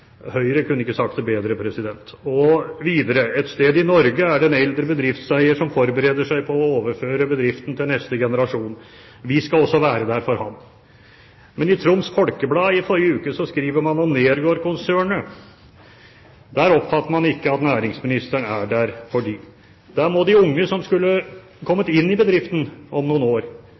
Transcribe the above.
Høyre kunne ikke sagt det bedre. Videre: Et sted i Norge er det en eldre bedriftseier som forbereder seg på å overføre bedriften til neste generasjon. Vi skal også være der for ham. Men i Troms Folkeblad i forrige uke skriver man om Nergård-konsernet. Der oppfatter man ikke at næringsministeren er der for dem. Der må de unge, som skulle kommet inn i bedriften om noen år,